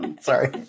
Sorry